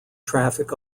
traffic